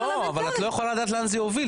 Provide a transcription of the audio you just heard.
אבל את לא יכולה לדעת לאן זה יוביל,